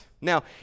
Now